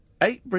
Eight